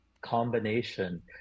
combination